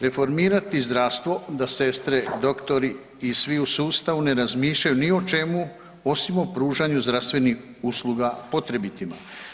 Reformirati zdravstvo da sestre, doktori i svi u sustavu ne razmišljaju ni o čemu osim o pružanju zdravstvenih usluga potrebitima.